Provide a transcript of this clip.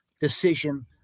decision